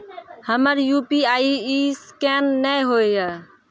हमर UPI scan नेय हो या?